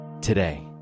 today